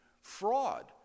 fraud